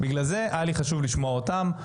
בגלל זה היה לי חשוב לשמוע אותם,